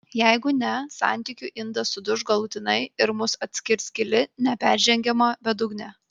jeigu ne santykių indas suduš galutinai ir mus atskirs gili neperžengiama bedugnė